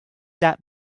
that